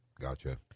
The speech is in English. Gotcha